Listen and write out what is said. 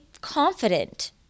confident